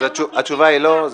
-- התשובה היא לא.